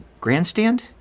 grandstand